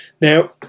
Now